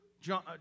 John